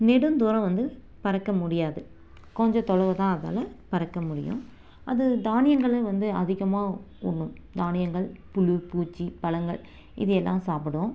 நெடுந்தோறும் வந்து பறக்க முடியாது கொஞ்ச தொலைவு தான் அதனால பறக்க முடியும் அது தானியங்களை வந்து அதிகமாக உண்ணும் தானியங்கள் புழு பூச்சி பழங்கள் இது எல்லாம் சாப்பிடும்